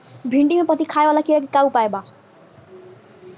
भिन्डी में पत्ति खाये वाले किड़ा के का उपाय बा?